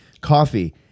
coffee